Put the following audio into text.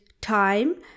time